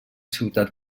ciutat